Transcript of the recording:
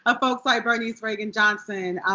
ah folks like bernice reagon johnson,